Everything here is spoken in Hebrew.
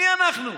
מי אנחנו?